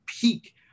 peak